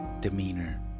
demeanor